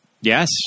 Yes